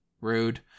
rude